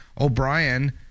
O'Brien